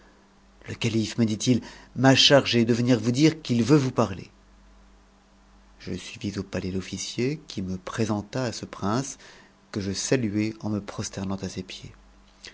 le cati e me dit-il m'a chargé de venir us dire qu'il veut vous parler je suivis au palais l'officier qui me pré senta à ce prince que je saluai en me prosternant à ses pieds